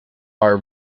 are